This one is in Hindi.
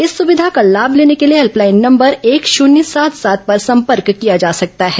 इस सुविधा का लाम लेने के ॅलिए हेल्पलाइन नंबर एक शून्य सात सात पर संपर्क किया जा सकता है